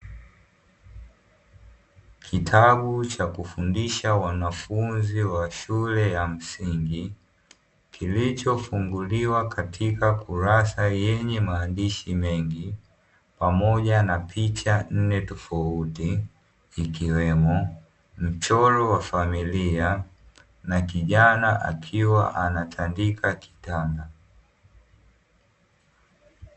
Kitabu cha kufundisha wanafunzi wa shule ya msingi, kilichofunguliwa katika kurasa yenye maandishi mengi pamoja na picha nne tofauti, ikiwemo mchoro wa familia na kijana akiwa anatandika kitanda.